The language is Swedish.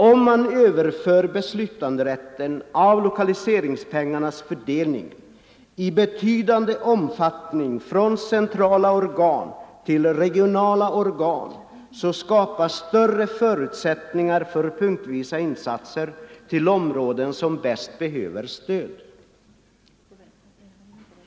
Om man överför beslutanderätten beträffande lokaliseringspengarnas fördelning i betydande omfattning från centrala organ till regionala organ så skapas större förutsättningar för punktvisa insatser till områden som bäst behöver stöd.